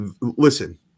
listen